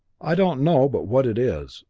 i don't know but what it is.